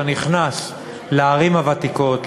אתה נכנס לערים הוותיקות,